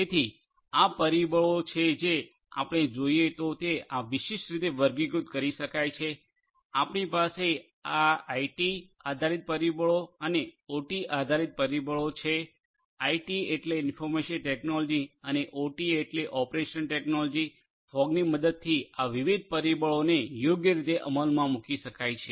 તેથી આ પરિબળો છે જે આપણે જોઈએ તો તે આ વિશિષ્ટ રીતે વર્ગીકૃત કરી શકાય છે આપણી પાસે આ આઇટી આધારિત પરિબળો છે અને ઓટી આધારિત પરિબળો છે આઇટી એટલે ઇન્ફર્મેશન ટેકનોલોજી અને ઓટી એટલે ઓપરેશનલ ટેકનોલોજી ફોગની મદદથી આ વિવિધ પરિબળોને યોગ્ય રીતે અમલમાં મૂકી શકાય છે